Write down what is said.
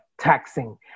taxing